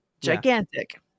gigantic